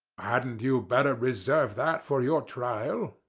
hadn't you better reserve that for your trial?